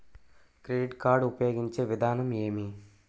Credit card ఉపయోగించే విధానం ఏమి?